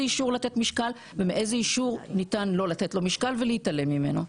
אישור לתת משקל ואיזה אישור ניתן לא לתת לו את המשקל ולהתעלם ממנו.